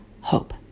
hope